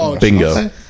Bingo